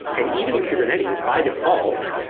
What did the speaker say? and even in kubernetes, by default,